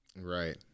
Right